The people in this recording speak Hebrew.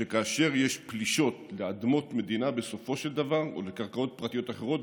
שכאשר יש פלישות לאדמות מדינה או לקרקעות פרטיות אחרות,